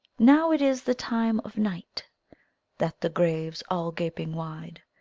now it is the time of night that the graves, all gaping wide,